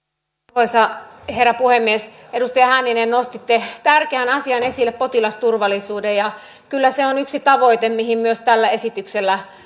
arvoisa herra puhemies edustaja hänninen nostitte tärkeän asian esille potilasturvallisuuden kyllä se on yksi tavoite mihin myös tällä esityksellä